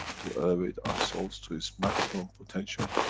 to elevate our souls, to its maximum potential,